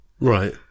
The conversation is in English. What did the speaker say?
Right